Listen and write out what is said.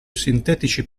sintetici